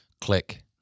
Click